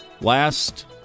Last